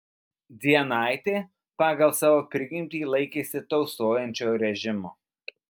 dzienaitė pagal savo prigimtį laikėsi tausojančio režimo